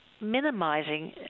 minimizing